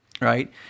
Right